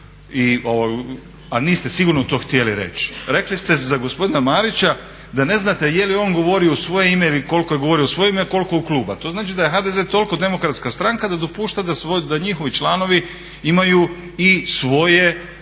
a niste sigurno to htjeli reći. Rekli ste za gospodina Marića da ne znate je li on govorio u svoje ime ili koliko je govorio u svoje ime, a koliko u ime kluba. To znači da je HDZ toliko demokratska stranka da dopušta da njihovi članovi imaju i svoja